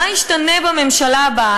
מה ישתנה בממשלה הבאה?